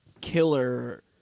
killer